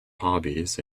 hobbies